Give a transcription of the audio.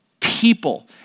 people